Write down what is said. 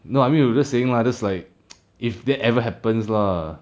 no I mean we were just saying lah just like if that ever happens lah